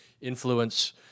influence